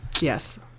yes